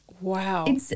Wow